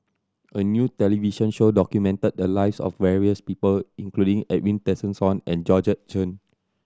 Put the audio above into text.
a new television show documented the lives of various people including Edwin Tessensohn and Georgette Chen